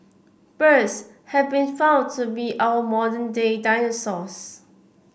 birds have been found to be our modern day dinosaurs